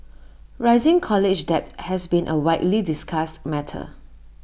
rising college debt has been A widely discussed matter